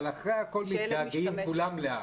אבל אחרי הכול כולם מתגעגעים לאבא.